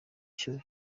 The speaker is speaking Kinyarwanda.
cyo